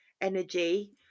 energy